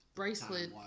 bracelet